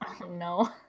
No